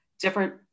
different